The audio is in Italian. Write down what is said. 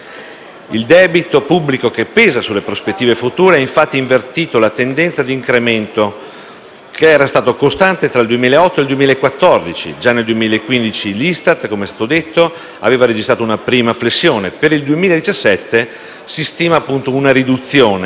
Il debito pubblico, che pesa sulle prospettive future, ha infatti invertito la tendenza di incremento, che era stato costante tra il 2008 e il 2014. Già nel 2015 l'ISTAT, come è stato detto, aveva registrato la prima flessione. Per il 2017 si stima una riduzione